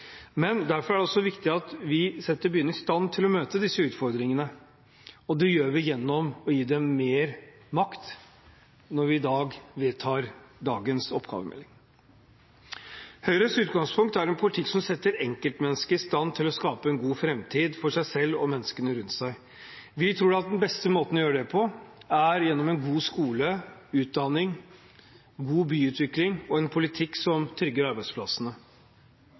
Men derfor er det også viktig at vi setter byene i stand til å møte disse utfordringene. Det gjør vi gjennom å gi dem mer makt når vi i dag vedtar dagens oppgavemelding. Høyres utgangspunkt er en politikk som setter enkeltmennesket i stand til å skape en god framtid for seg selv og menneskene rundt seg. Vi tror at den beste måten å gjøre det på er gjennom en god skole, utdanning, god byutvikling og en politikk som trygger arbeidsplassene.